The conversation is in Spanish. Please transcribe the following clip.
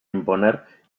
imponer